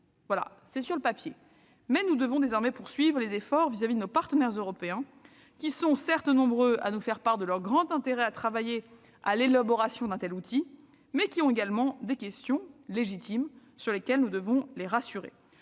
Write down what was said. couché sur le papier. Nous devons désormais poursuivre les efforts vis-à-vis de nos partenaires européens. Ils sont certes nombreux à nous faire part de leur intérêt à travailler à l'élaboration d'un tel outil, mais ils se posent également des questions légitimes. Nous devons les rassurer,